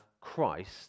Christ